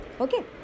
Okay